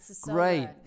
great